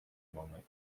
moment